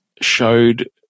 showed